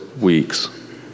weeks